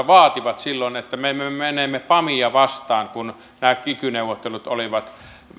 vaativat hallitukselta silloin että me menemme pamia vastaan kun nämä kiky neuvottelut olivat